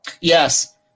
yes